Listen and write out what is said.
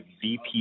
VP